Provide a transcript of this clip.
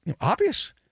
obvious